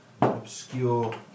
obscure